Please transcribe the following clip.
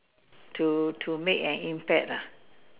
to to make an impact lah